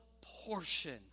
portion